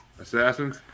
Assassins